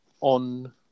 on